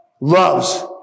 loves